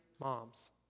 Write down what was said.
moms